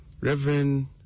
Reverend